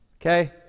Okay